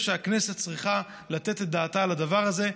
הכנסת צריכה לתת את דעתה על הדבר הזה.